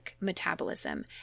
metabolism